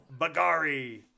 Bagari